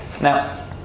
Now